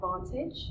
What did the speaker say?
advantage